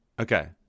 Okay